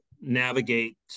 navigate